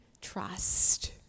trust